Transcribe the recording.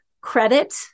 credit